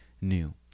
new